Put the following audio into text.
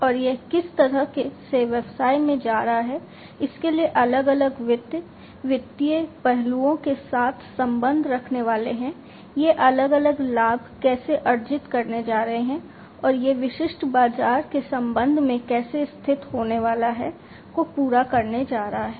और यह किस तरह से व्यवसाय में जा रहा है इसके लिए अलग अलग वित्त वित्तीय पहलुओं के साथ संबंध रखने वाले हैं यह अलग अलग लाभ कैसे अर्जित करने जा रहा है और यह विशिष्ट बाज़ार के संबंध में कैसे स्थित होने वाला है को पूरा करने जा रहा है